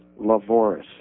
Lavoris